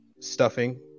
stuffing